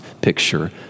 picture